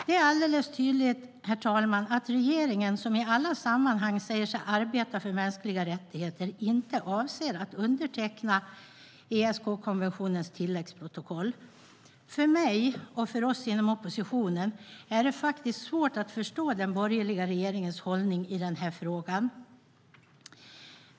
Det är alldeles tydligt att regeringen, som i alla sammanhang säger sig arbeta för mänskliga rättigheter, inte avser att underteckna tilläggsprotokollet till ESK-konventionen. För mig och för oss inom oppositionen är det svårt att förstå den borgerliga regeringens hållning i denna fråga.